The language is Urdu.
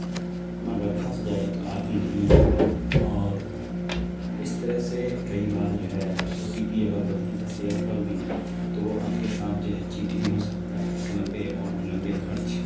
مگر پھنس جائے تو آتی نہیں ہے اور اس طرح سے کئی بار جو ہے او ٹی پی اگر غلطی سے سیئر کر دیے تو آپ کے ساتھ جو ہے چیٹ بھی ہو سکتا ہے ایک لمبے اماؤنٹ لمبے خرچ